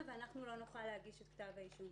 ואנחנו לא נוכל להגיש את כתב האישום.